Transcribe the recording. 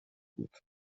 بود